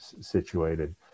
situated